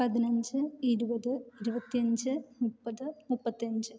പതിനഞ്ച് ഇരുപത് ഇരുപത്തിയഞ്ച് മുപ്പത് മുപ്പത്തഞ്ച്